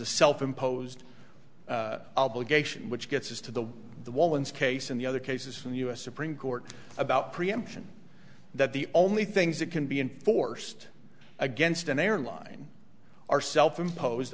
a self imposed obligation which gets us to the the woman's case in the other cases from the u s supreme court about preemption that the only things that can be enforced against an airline are self imposed